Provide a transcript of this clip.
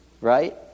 right